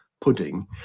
pudding